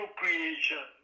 creation